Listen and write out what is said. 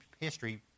history